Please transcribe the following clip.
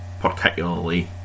particularly